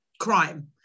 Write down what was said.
crime